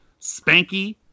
Spanky